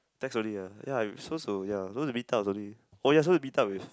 text only ah ya so so ya supposed to meet up with only ya supposed to meet up with